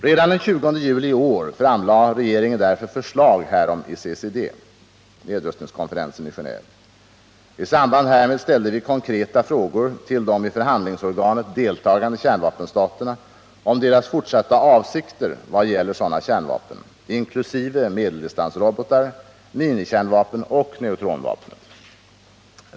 Redan den 20 juli i år framlade regeringen därför förslag härom i CCD — nedrustningskonferensen i Genéve. I samband härmed ställde vi konkreta frågor till de i förhandlingsorganet deltagande kärnvapenstaterna om deras fortsatta avsikter vad gäller sådana kärnvapen, inkl. medeldistansrobotar, minikärnvapen och neutronvapnet.